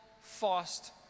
fast